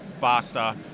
faster